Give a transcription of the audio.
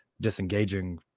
disengaging